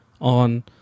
on